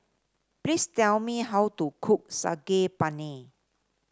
please tell me how to cook Saag Paneer